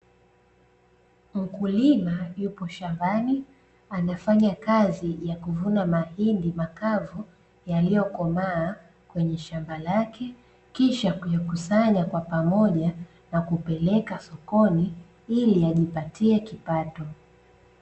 Mkulima yupo shambani anafanya kazi ya kuvuna mahindi makavu, yaliyokomaa kwenye shamba lake kisha kuyakusanya kwa pamoja na kupeleka sokoni ili ajipatie kipato.